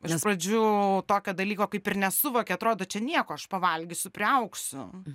iš pradžių tokio dalyko kaip ir nesuvoki atrodo čia nieko aš pavalgysiu priaugsiu